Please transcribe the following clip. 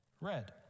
red